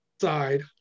side